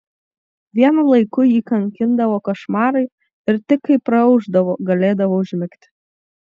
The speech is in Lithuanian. vienu laiku jį kankindavo košmarai ir tik kai praaušdavo galėdavo užmigti